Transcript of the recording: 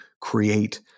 create